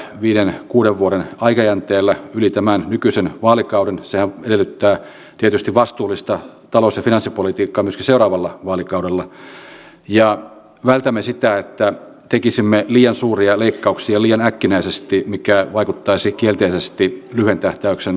on ihan selvää että nämä päätökset ovat olleet vaikeita ja että ne koskettavat pienituloisia ja että viime kaudella te esimerkiksi käytitte keinovalikoimassa vahvasti veronkorotuksia minkä jäljiltä suomalainen verotus on yksi euroopan korkeimpia